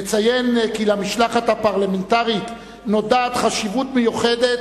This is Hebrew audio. נציין כי למשלחת הפרלמנטרית נודעת חשיבות מיוחדת,